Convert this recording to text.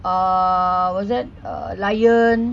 um what's that uh lion